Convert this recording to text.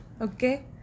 Okay